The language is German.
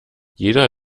jeder